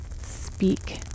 speak